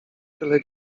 tyle